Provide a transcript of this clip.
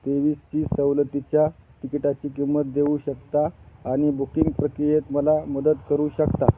तेवीस ची सवलतीच्या तिकिटाची किंमत देऊ शकता आणि बुकिंग प्रक्रियेत मला मदत करू शकता